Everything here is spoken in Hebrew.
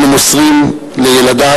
אנו מוסרים לילדיו,